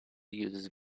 uses